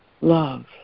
love